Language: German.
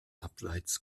abseits